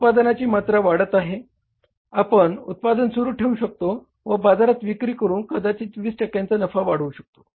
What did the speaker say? उत्पादनाची मात्रा वाढत असताना आपण उत्पादन सुरु ठेवू शकतो व बाजारात विक्री करून कदाचित 20 टक्क्यांनी नफा वाढवू शकतो